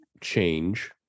change